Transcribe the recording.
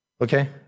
Okay